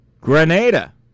Grenada